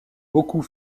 beaucoup